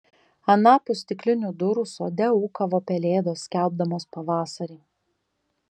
anapus stiklinių durų sode ūkavo pelėdos skelbdamos pavasarį